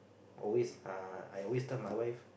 always uh I always tell my wife